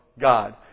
God